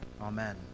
amen